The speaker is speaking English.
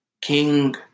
king